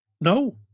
No